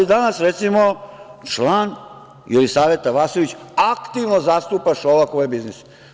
Danas, recimo, član Jelisaveta Vasojević aktivno zastupa Šolakove biznise.